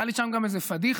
הייתה לי שם גם איזו פדיחה.